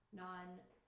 non-